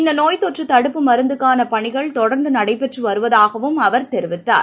இந்த நோய் தொற்று தடுப்பு மருந்துக்கான பணிகள் தொடர்ந்து நடைபெற்று வருவதாகவும் அவர் கூறினார்